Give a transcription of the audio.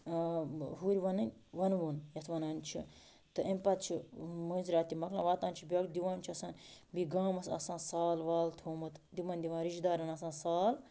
ہُرۍ وَنٕنۍ وَنٛنٕوُن یَتھ وَنان چھِ تہٕ أمۍ پتہٕ چھِ مٲنٛزراتھ تہِ مۄکلان واتان چھِ بیاکھ دِوان چھِ آسان بیٚیہِ گامَس آسان سال وال تھومُت تِمَن دِوان رِشتہٕ دارَن آسان سال